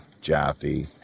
Jaffe